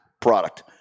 product